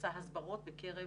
שעושה הסברות בקרב